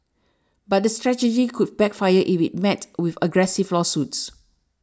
but the strategy could backfire if it is met with aggressive lawsuits